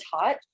taught